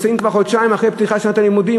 כבר כמעט חודשיים אחרי פתיחת שנת הלימודים,